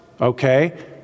okay